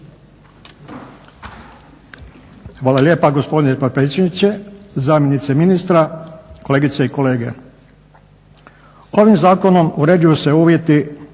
Hvala lijepa gospodine potpredsjedniče, zamjenice ministra, kolegice i kolege. Ovim zakonom uređuju se uvjeti,